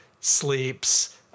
sleeps